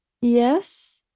Yes